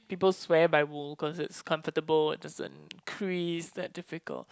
people swear by wool cause it's comfortable it doesn't crease that difficult